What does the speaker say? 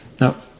Now